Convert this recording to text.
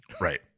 Right